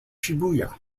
shibuya